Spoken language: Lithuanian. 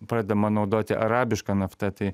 pradedama naudoti arabiška nafta tai